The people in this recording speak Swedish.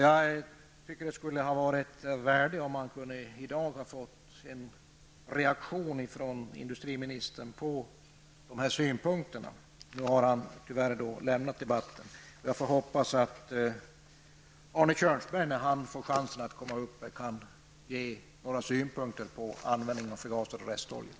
Jag tycker att det skulle ha varit av värde om jag i dag hade kunnat få en reaktion från industriministern på dessa synpunkter. Nu har han tyvärr lämnat kammaren, så jag får hoppas att Arne Kjörnsberg kan ge några synpunkter på användningen av förgasad restolja.